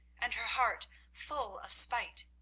and her heart full of spite.